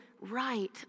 right